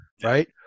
right